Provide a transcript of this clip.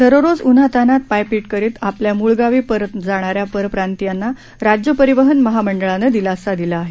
दररोज उन्हा तान्हात पायपीट करीत आपल्या मूळ गावी जाणाऱ्या परप्रांतीयांना राज्य परिवहन महामंडळानं दिलासा दिला आहे